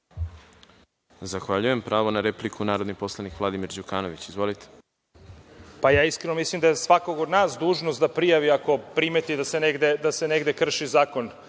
Zahvaljujem. Pravo na repliku, narodni poslanik Vladimir Đukanović. **Vladimir Đukanović** Ja iskreno mislim da je svakoga od nas dužnost da prijavi, ako primeti da se negde krši zakon,